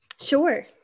sure